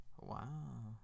Wow